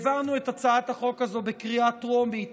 העברנו את הצעת החוק הזו בקריאה טרומית